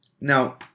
Now